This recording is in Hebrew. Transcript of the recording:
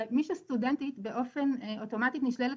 הרי מי שסטודנטית באופן אוטומטי נשללת